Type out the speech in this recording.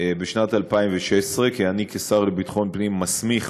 בשנת 2016, כי אני כשר לביטחון פנים מסמיך